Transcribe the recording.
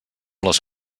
les